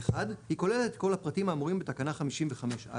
היא כוללת את הפרטים האמורים בתקנה 55(א),